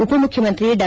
ಉಪ ಮುಖ್ಯಮಂತ್ರಿ ಡಾ